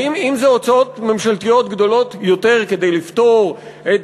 האם זה הוצאות ממשלתיות גדולות יותר כדי לפתור את